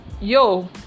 yo